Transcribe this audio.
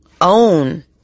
own